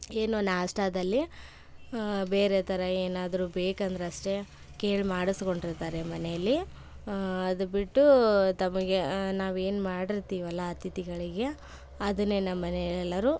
ಏನು ನಾಷ್ಟಾದಲ್ಲಿ ಬೇರೆ ಥರ ಏನಾದರು ಬೇಕಂದರಷ್ಟೇ ಕೇಳಿ ಮಾಡಿಸ್ಕೊಂಡಿರ್ತಾರೆ ಮನೆಯಲ್ಲಿ ಅದು ಬಿಟ್ಟು ತಮಗೆ ನಾವು ಏನು ಮಾಡಿರ್ತೀವಲ್ವ ಅತಿಥಿಗಳಿಗೆ ಅದನ್ನೇ ನಮ್ಮ ಮನೆಯಲ್ಲಿ ಎಲ್ಲರೂ